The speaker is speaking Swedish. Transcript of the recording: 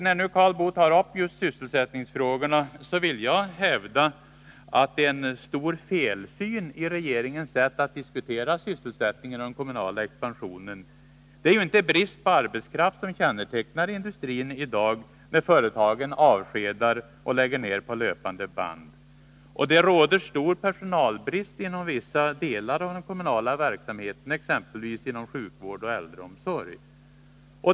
Eftersom Karl Boo nu tog upp just sysselsättningsfrågorna, vill jag hävda att regeringen gör sig skyldig till en stor felsyn när den diskuterar sysselsättningen och den kommunala expansionen. Det är ju inte brist på arbetskraft som kännetecknar industrin i dag, när företagen avskedar och lägger ned på löpande band. Inom vissa delar av den kommunala verksamheten råder det stor personalbrist, exempelvis inom sjukvård och äldreomsorg.